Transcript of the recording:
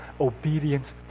obedience